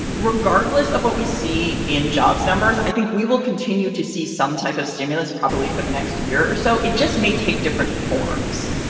regardless of what we see in jobs numbers, i think we will continue to see some type of stimulus probably for the next year or so. it just may take different forms.